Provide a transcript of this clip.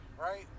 right